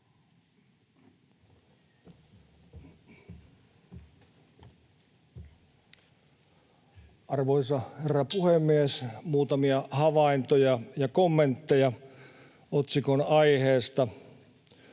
Arvoisa herra puhemies! Muutamia havaintoja ja kommentteja otsikon aiheesta.